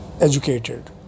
educated